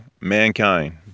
Mankind